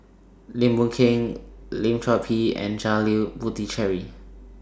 Lim Boon Keng Lim Chor Pee and Janil Puthucheary